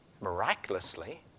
miraculously